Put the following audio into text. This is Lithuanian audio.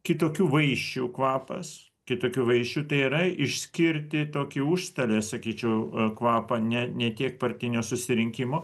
kitokių vaišių kvapas kitokių vaišių tai yra išskirti tokį užstalės sakyčiau kvapą ne ne tiek partinio susirinkimo